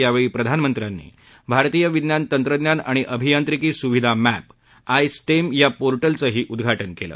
यावेळी प्रधानमंत्र्यांनी भारतीय विज्ञान तंत्रज्ञान आणि अभियांत्रिकी सुविधा मध्य आय स्टेम या पोर्टलचही उद्वाटन केलं